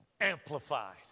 amplified